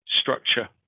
structure